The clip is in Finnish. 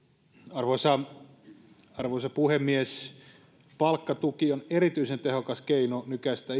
arvoisa arvoisa puhemies palkkatuki on erityisen tehokas keino nykäistä